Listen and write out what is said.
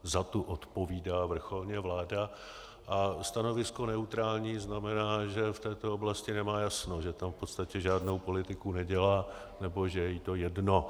Za tu odpovídá vrcholně vláda a stanovisko neutrální znamená, že v této oblasti nemá jasno, že tam v podstatě žádnou politiku nedělá, nebo že je jí to jedno.